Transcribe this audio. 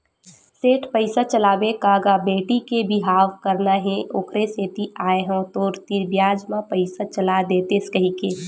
सेठ पइसा चलाबे का गा बेटी के बिहाव करना हे ओखरे सेती आय हंव तोर तीर बियाज म पइसा चला देतेस कहिके